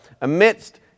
amidst